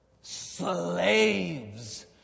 slaves